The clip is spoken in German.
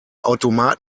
automat